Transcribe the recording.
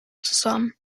zusammen